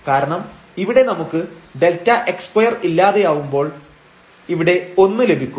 കാരണം ഇവിടെ നമുക്ക് Δx2 ഇല്ലാതെയാവുമ്പോൾ ഇവിടെ 1 ലഭിക്കും